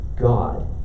God